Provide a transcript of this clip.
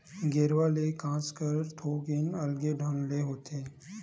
गेरवा ले कांसरा ह थोकिन अलगे ढंग ले होथे